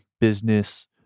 business